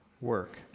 work